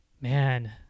man